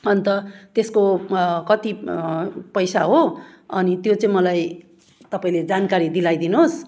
अन्त त्यसको कति पैसा हो अनि त्यो चाहिँ मलाई तपाईँले जानकारी दिलाइदिनुहोस्